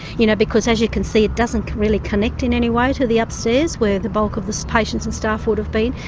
you know, because as you can see it doesn't really connect in any way to the upstairs where the bulk of the patients and staff would have been.